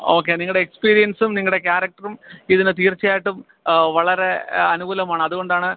okay നിങ്ങളുടെ എക്സ്പീരിയൻസും നിങ്ങളുടെ ക്യാരക്ടറും ഇതിന് തീർച്ചയായിട്ടും വളരെ അനുകൂലമാണ് അതുകൊണ്ടാണ്